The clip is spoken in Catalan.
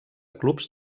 clubs